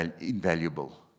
invaluable